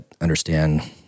understand